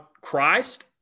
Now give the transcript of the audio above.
Christ